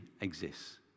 exists